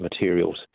materials